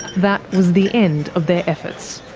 that was the end of their efforts.